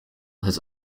has